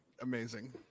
amazing